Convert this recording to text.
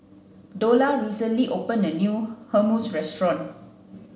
Dola recently opened a new Hummus restaurant